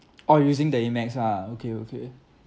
oh you're using the AMEX ah okay okay